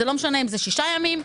לא משנה אם זה שישה ימים,